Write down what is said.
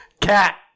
Cat